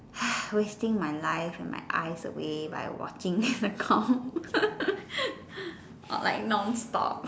wasting my life and my eyes away by watching the com or like non stop